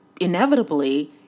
inevitably